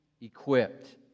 equipped